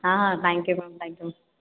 ah thank you ma'am thank you ma'am